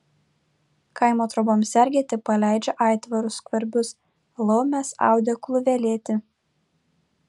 kaimo troboms sergėti paleidžia aitvarus skvarbius laumes audeklų velėti